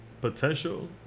Potential